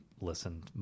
listened